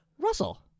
Russell